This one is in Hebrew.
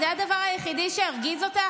זה הדבר היחידי שהרגיז אותך?